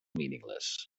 meaningless